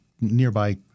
nearby